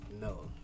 No